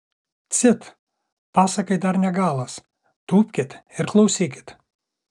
cit pasakai dar ne galas tūpkit ir klausykit